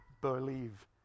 believe